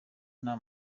nta